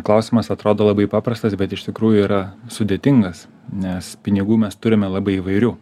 klausimas atrodo labai paprastas bet iš tikrųjų yra sudėtingas nes pinigų mes turime labai įvairių